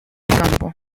campo